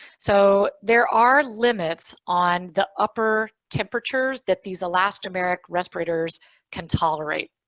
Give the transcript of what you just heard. so there are limits on the upper temperatures that these elastomeric respirators can tolerate.